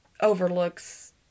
overlooks